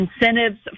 Incentives